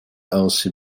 also